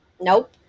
Nope